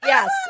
Yes